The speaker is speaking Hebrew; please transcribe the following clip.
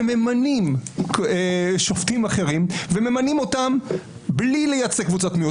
שממנים שופטים אחרים וממנים אותם בלי לייצג קבוצות מיעוט.